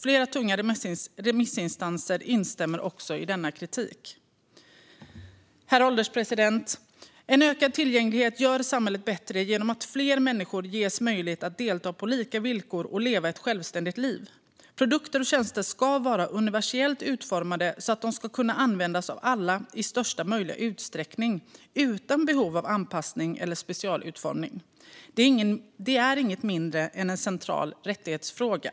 Flera tunga remissinstanser instämmer i denna kritik. Herr ålderspresident! Ökad tillgänglighet gör samhället bättre genom att fler människor ges möjlighet att delta på lika villkor och leva ett självständigt liv. Produkter och tjänster ska vara universellt utformade så att de kan användas av alla i största möjliga utsträckning utan behov av anpassning eller specialutformning. Det är inget mindre än en central rättighetsfråga.